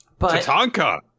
Tatanka